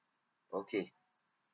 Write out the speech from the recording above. okay